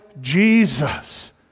Jesus